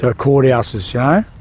ah courthouses, yeah